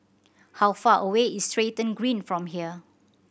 how far away is Stratton Green from here